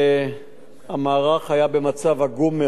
עגום מאוד מבחינת הארגון, מבחינת הציוד,